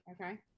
Okay